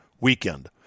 weekend